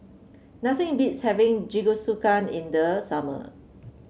nothing beats having Jingisukan in the summer